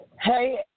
Hey